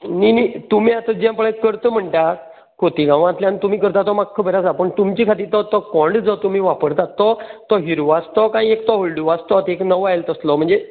नी नी तुमी आतां जें पळय करता म्हणटात खोतिगांवातल्यान तुमी करता तो म्हाका खबर आसा पूण तुमचे खातीर तो तो कोंडो जो तुमी वापरतात तो तो हिरवो आसा तो कांय एक तो हळडुवो आसा तो एक नवो आयला तसलो म्हणजे